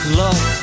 love